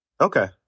Okay